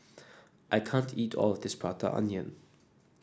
I can't eat all of this Prata Onion